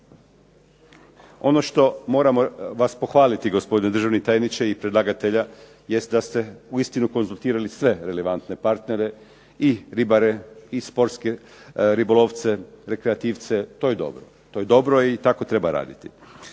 Ono što moramo vas pohvaliti gospodine državni tajniče i predlagatelja jest da ste uistinu konzultirali sve relevantne partnere i ribare i sportske ribolovce, rekreativce, to je dobro, to je dobro i tako treba raditi.